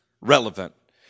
relevant